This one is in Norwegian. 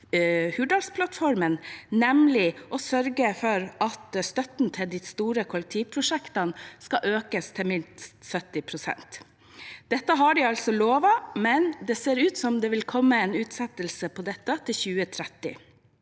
nemlig å sørge for at støtten til de store kollektivprosjektene skal økes til minst 70 pst. Dette har de altså lovet, men det ser ut til at det vil bli utsatt til 2030.